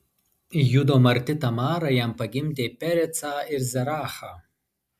judo marti tamara jam pagimdė perecą ir zerachą